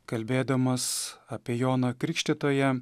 kalbėdamas apie joną krikštytoją